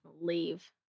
leave